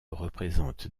représente